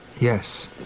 Yes